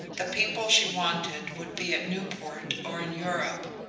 the people she wanted would be at newport or in europe,